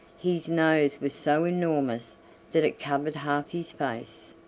his nose was so enormous that it covered half his face.